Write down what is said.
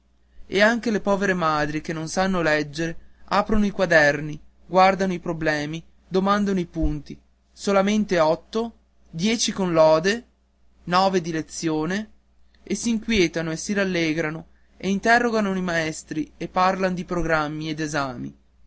e anche le povere madri che non sanno leggere aprono i quaderni guardano i problemi domandano i punti solamente otto dieci con lode nove di lezione e s'inquietano e si rallegrano e interrogano i maestri e parlan di programmi e d'esami